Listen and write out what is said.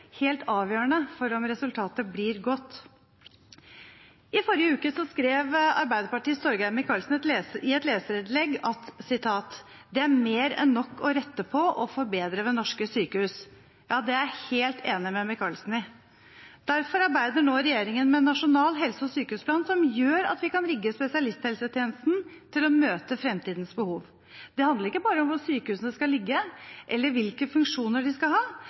helt avgjørende for om resultatet blir godt. I forrige uke skrev Arbeiderpartiets Torgeir Micaelsen i et leserinnlegg at «det er mer enn nok å rette på og forbedre ved norske sykehus». Ja, det er jeg helt enig med Micaelsen i. Derfor arbeider regjeringen nå med en nasjonal helse- og sykehusplan som gjør at vi kan rigge spesialisthelsetjenesten til å møte framtidens behov. Det handler ikke bare om hvor sykehusene skal ligge, eller om hvilke funksjoner vi skal ha;